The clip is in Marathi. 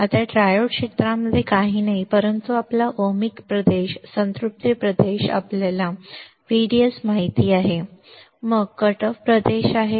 आता ट्रायोड क्षेत्रांमध्ये काहीही नाही परंतु आपला ओमिक प्रदेश संतृप्ति प्रदेश आपल्याला VDS माहित आहे VDS VGS VT And आणि ID k2 आणि मग कट ऑफ प्रदेश आहे